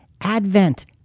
advent